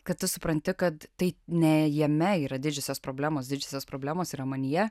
kad tu supranti kad tai ne jame yra didžiosios problemos didžiosios problemos yra manyje